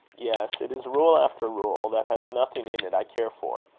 yes it is rule after rule, that has nothing in it i care for.